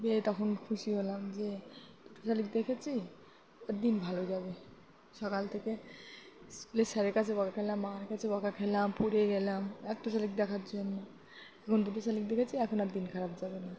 দিয়ে তখন খুশি হলাম যে দুটো শালিক দেখেছি ও দিন ভালো যাবে সকাল থেকে স্কুলের স্যারের কাছে বকা খেলাম মার কাছে বকা খেলাম পড়ে গেলাম একটু শালিক দেখার জন্য এখন দুটো শালিক দেখেছি এখন আর দিন খারাপ যাবে না